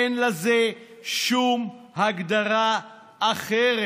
אין לזה שום הגדרה אחרת.